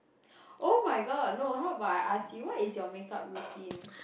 oh-my-god no how about I ask you what is your makeup routine